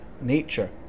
nature